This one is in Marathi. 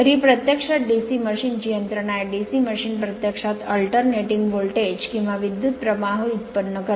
तर ही प्रत्यक्षात DC मशीन ची यंत्रणा आहे DC मशीन प्रत्यक्षात अल्टरनेटिंग व्होल्टेज किंवा विद्युत प्रवाह व्युत्पन्न करते